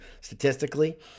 statistically